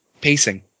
Pacing